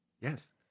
Yes